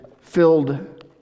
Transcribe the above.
filled